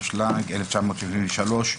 התשל"ג-1973,